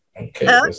okay